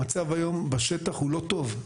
המצב היום בשטח הוא לא טוב,